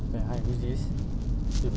kau pegang jer dulu phone aku